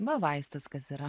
va vaistas kas yra